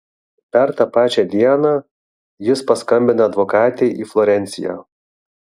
dar tą pačią dieną jis paskambina advokatei į florenciją